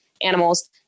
animals